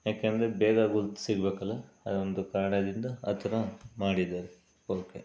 ಯಾಕೆಂದರೆ ಬೇಗ ಗುರ್ತು ಸಿಗಬೇಕಲ್ಲ ಅದೊಂದು ಕಾರಣದಿಂದ ಆ ಥರ ಮಾಡಿದ್ದಾರೆ ಅವುಕ್ಕೆ